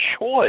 choice